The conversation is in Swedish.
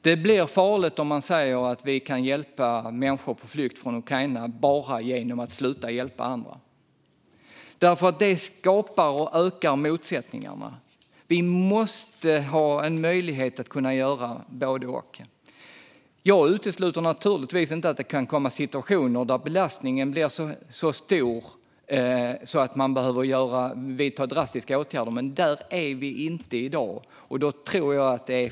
Det blir farligt om man säger att människor på flykt från Ukraina kan hjälpas enbart genom att vi slutar hjälpa andra. Det ökar motsättningarna. Vi måste kunna göra både och. Jag utesluter naturligtvis inte att det kan komma situationer där belastningen blir så stor att man behöver vidta drastiska åtgärder, men där är vi inte i dag.